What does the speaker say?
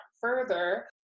further